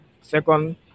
second